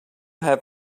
have